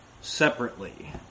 separately